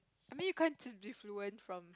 I mean you can't just be fluent from